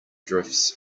drifts